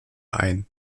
ein